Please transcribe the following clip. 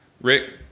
Rick